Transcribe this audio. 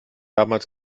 damals